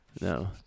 No